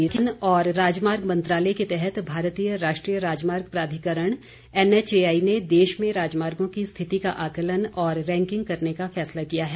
NHAI सड़क परिवहन और राजमार्ग मंत्रालय के तहत भारतीय राष्ट्रीय राजमार्ग प्राधिकरण एनएचएआई ने देश में राजमार्गों की स्थिति का आकलन और रैंकिंग करने का फैसला किया है